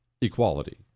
equality